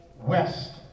West